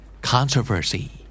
Controversy